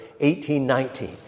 1819